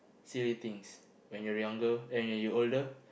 silly things when you're younger and when you older